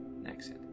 next